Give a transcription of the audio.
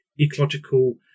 ecological